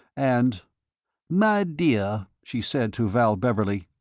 and my dear, she said to val beverley,